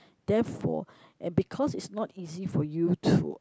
therefore and because it's not easy for you to